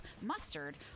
mustard